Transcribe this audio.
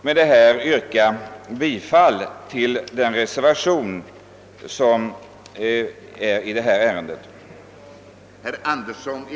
Med det anförda vill jag yrka bifall till den reservation som avgivits vid bevillningsutskottets förevarande betänkande.